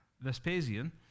Vespasian